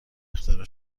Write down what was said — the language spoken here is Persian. اختراع